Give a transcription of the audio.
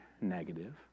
negative